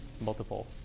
multiple